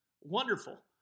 Wonderful